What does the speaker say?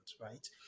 Right